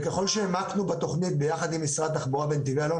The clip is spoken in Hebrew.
ככל שהעמקנו בתוכנית ביחד עם משרד התחבורה ונתיבי איילון,